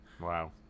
wow